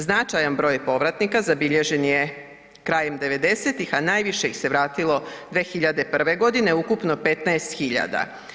Značajan broj povratnika zabilježen je krajem '90.-ih, a najviše ih se vratilo 2001.godine, ukupno 15.000.